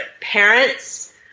parents